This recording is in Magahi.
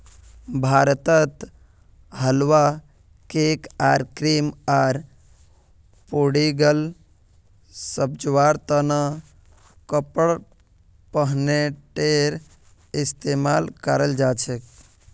भारतत हलवा, केक आर क्रीम आर पुडिंगक सजव्वार त न कडपहनटेर इस्तमाल कराल जा छेक